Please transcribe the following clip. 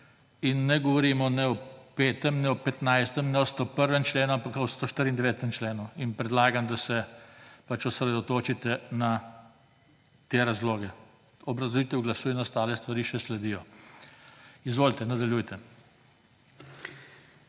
in ne govorimo ne o 5., ne o 15., ne o 101. členu, ampak o 194. členu. In predlagam, da se pač osredotočite na te razloge. Obrazložitev glasu in ostale stvari še sledijo. Izvolite, nadaljujte.